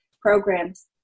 programs